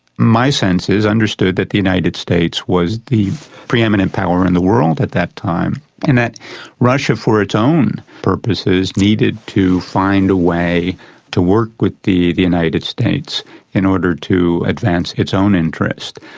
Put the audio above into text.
my sense is he understood that the united states was the pre-eminent power in the world at that time and that russia, for its own purposes, needed to find a way to work with the the united states in order to advance its own interest.